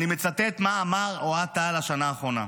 אני מצטט מה אמר אוהד טל בשנה האחרונה: